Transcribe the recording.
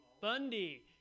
Bundy